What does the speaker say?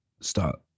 start